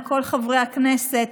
לכל חברי הכנסת,